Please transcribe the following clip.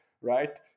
right